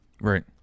right